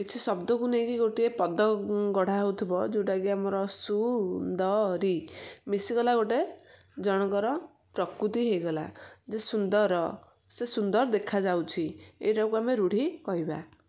କିଛି ଶବ୍ଦକୁ ନେଇକି ଗୋଟିଏ ପଦ ଗଢ଼ା ହେଉଥିବ ଯେଉଁଟା କି ଆମର ସୁନ୍ଦରୀ ମିଶିଗଲା ଗୋଟେ ଜଣଙ୍କର ପ୍ରକୃତି ହେଇଗଲା ଯେ ସୁନ୍ଦର ସେ ସୁନ୍ଦର ଦେଖାଯାଉଛି ଏଇଟାକୁ ଆମେ ରୂଢ଼ି କହିବା